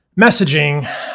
messaging